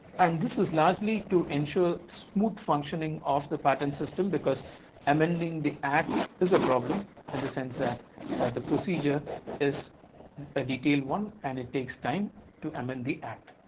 and this is largely to ensure smooth functioning of the patent system because amending the act is a problem in the sense that the procedure is a detailed one and it takes time to amend the act.